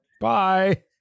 Bye